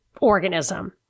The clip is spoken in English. organism